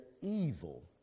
evil